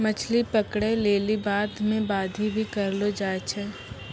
मछली पकड़ै लेली बांध मे बांधी भी करलो जाय छै